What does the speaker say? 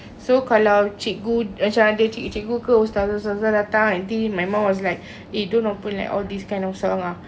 so kalau cikgu macam ada cikgu-cikgu ke ustazah-ustazah datang nanti my mum was like eh don't open like all these kind of song ah